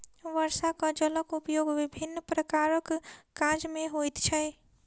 वर्षाक जलक उपयोग विभिन्न प्रकारक काज मे होइत छै